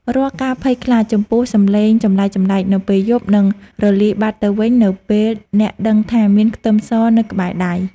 រាល់ការភ័យខ្លាចចំពោះសំឡេងចម្លែកៗនៅពេលយប់នឹងរលាយបាត់ទៅវិញនៅពេលអ្នកដឹងថាមានខ្ទឹមសនៅក្បែរដៃ។